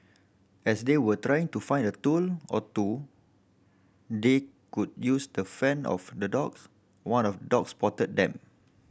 as they were trying to find a tool or two they could use to fend off the dogs one of dogs spotted them